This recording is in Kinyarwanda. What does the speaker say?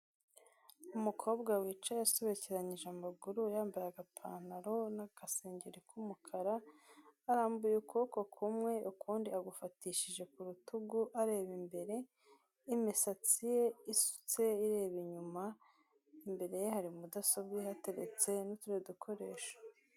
Umukobwa wicaye asubekeranyije amaguru yambaye agapantaro n'agacengeri k'umukara, arambuye ukuboko kumwe ukundi agufatishije ku rutugu areba imbere, imisatsi ye isutse ireba inyuma imbere ye hari mudasobwa yateretse n'utundi dukoresho.